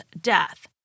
death